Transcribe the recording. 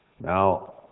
Now